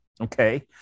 okay